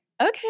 okay